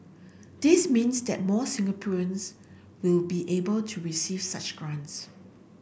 this means that more Singaporeans will be able to receive such grants